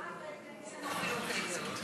ואני מעריך אותך עוד יותר כשאני מכיר אותך,